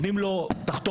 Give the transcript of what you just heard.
אומרים לו תחתום.